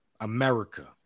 America